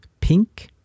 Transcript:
pink